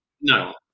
No